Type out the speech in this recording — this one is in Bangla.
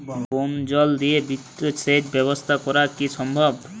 ভৌমজল দিয়ে বৃহৎ সেচ ব্যবস্থা করা কি সম্ভব?